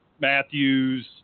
Matthews